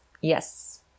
Yes